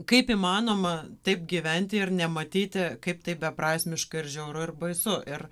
kaip įmanoma taip gyventi ir nematyti kaip tai beprasmiška ir žiauru ir baisu ir